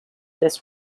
this